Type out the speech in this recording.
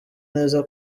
neza